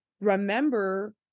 remember